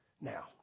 Now